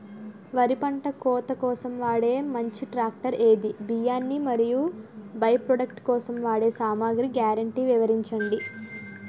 వరి పంట కోత కోసం వాడే మంచి ట్రాక్టర్ ఏది? బియ్యాన్ని మరియు బై ప్రొడక్ట్ కోసం వాడే సామాగ్రి గ్యారంటీ వివరించండి?